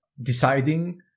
deciding